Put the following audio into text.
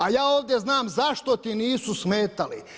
A ja ovdje znam zašto ti nisu smetali.